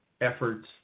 efforts